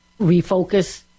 refocus